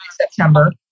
September